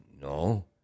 No